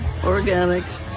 organics